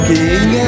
King